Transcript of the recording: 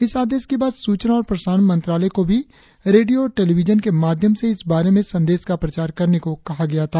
इस आदेश के बाद सूचना और प्रसारण मंत्रालय को भी रेडियो और टेलीविजन के माध्यम से इस बारे में संदेश का प्रचार करने को कहा गया था